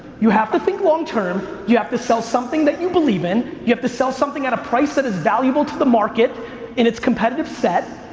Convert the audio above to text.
you have to think long-term, you have to sell something that you believe in, you have to sell something at a price that is valuable to the market in its competitive set,